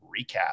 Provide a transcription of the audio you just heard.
recap